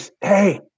hey